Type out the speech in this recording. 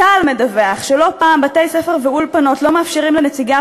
צה"ל מדווח שלא פעם בתי-ספר ואולפנות לא מאפשרים לנציגיו